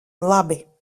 labi